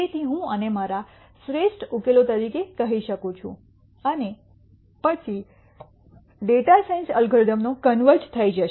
તેથી હું આને મારા શ્રેષ્ઠ ઉકેલો તરીકે કહી શકું છું અને પછી ડેટા સાયન્સ અલ્ગોરિધમનો કન્વર્જ થઈ જશે